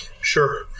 Sure